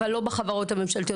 אבל לא בחברות הממשלתיות.